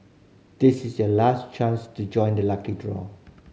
this is the last chance to join the lucky draw